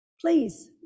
please